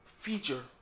feature